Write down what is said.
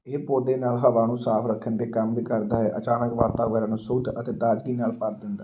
ਇਹ ਪੌਦੇ ਨਾਲ ਹਵਾ ਨੂੰ ਸਾਫ਼ ਰੱਖਣ ਦੇ ਕੰਮ ਵੀ ਕਰਦਾ ਹੈ ਅਚਾਨਕ ਵਾਤਾਵਰਣ ਸ਼ੁੱਧ ਅਤੇ ਤਾਜ਼ਗੀ ਨਾਲ ਭਰ ਦਿੰਦਾ ਹੈ